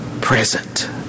present